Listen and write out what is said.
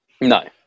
No